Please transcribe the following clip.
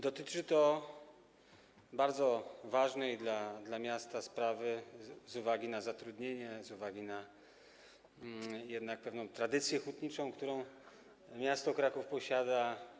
Dotyczy to bardzo ważnej dla miasta sprawy z uwagi na zatrudnienie, z uwagi na jednak pewną tradycję hutniczą, którą miasto Kraków ma.